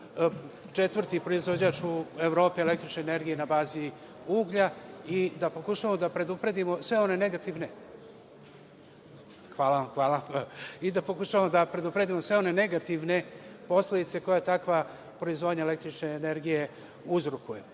četvrti proizvođač u Evropi električne energije na bazi uglja i da pokušavamo da predupredimo sve one negativne posledice koje takva proizvodnja električne energije uzrokuje. Takođe,